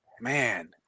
Man